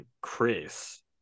Chris